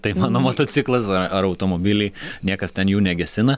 tai mano motociklas a ar automobiliai niekas ten jų negesina